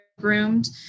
groomed